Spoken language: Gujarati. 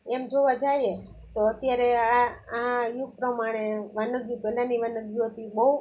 એમ જોવા જઈએ તો અત્યારે આ આ યુગ પ્રમાણે વાનગી પહેલાંની વાનગીઓ હતી બહુ